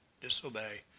disobey